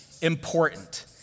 Important